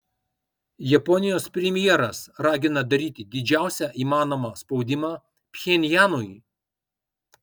japonijos premjeras ragina daryti didžiausią įmanomą spaudimą pchenjanui